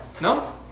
No